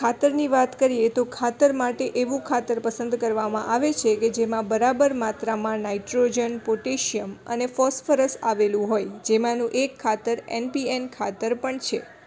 ખાતરની વાત કરીએ તો ખાતર માટે એવું ખાતર પસંદ કરવામાં આવે છે કે જેમાં બરાબર માત્રામાં નાઇટ્રોજન પોટેશિયમ અને ફોસ્ફરસ આવેલું હોય જેમાનું એક ખાતર એન પી એન ખાતર પણ છે